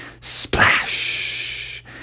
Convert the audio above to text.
Splash